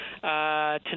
tonight